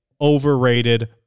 overrated